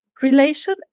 relation